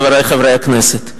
חברי חברי הכנסת.